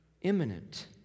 imminent